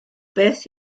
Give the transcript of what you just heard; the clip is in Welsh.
beth